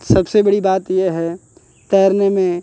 सबसे बड़ी बात ये है तैरने में